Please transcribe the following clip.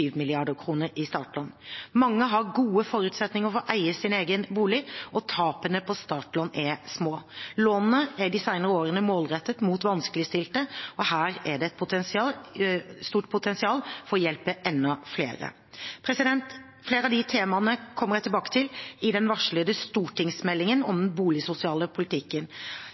i startlån. Mange har gode forutsetninger for å eie sin egen bolig, og tapene på startlån er små. Lånene er de senere årene målrettet mot vanskeligstilte. Her er det et stort potensial for å hjelpe enda flere. Flere av disse temaene kommer jeg tilbake til i den varslede stortingsmeldingen om den boligsosiale politikken.